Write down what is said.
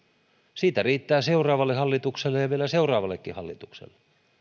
siitä riittää seuraavalle hallitukselle ja ja vielä seuraavallekin hallitukselle